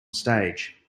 stage